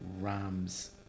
Rams